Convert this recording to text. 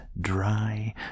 dry